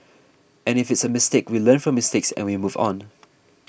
and if it's a mistake we learn from mistakes and we move on